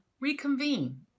reconvene